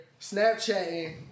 Snapchatting